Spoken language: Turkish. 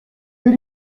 bir